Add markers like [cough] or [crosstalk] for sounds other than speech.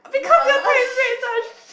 not a lot [laughs]